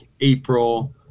April